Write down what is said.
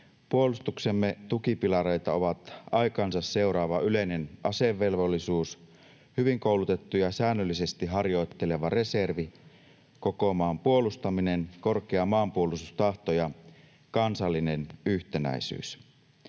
Puolustuksemme tukipilareita ovat aikaansa seuraava yleinen asevelvollisuus, hyvin koulutettu ja säännöllisesti harjoitteleva reservi, koko maan puolustaminen, korkea maanpuolustustahto ja kansallinen yhtenäisyys.